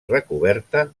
recoberta